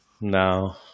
No